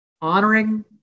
honoring